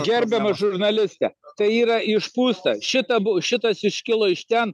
gerbiama žurnaliste tai yra išpūsta šita bu šitas iškilo iš ten